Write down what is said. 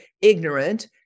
ignorant